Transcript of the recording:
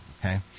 okay